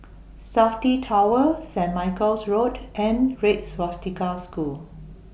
Safti Tower Saint Michael's Road and Red Swastika School